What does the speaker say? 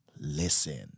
listen